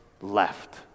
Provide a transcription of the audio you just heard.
left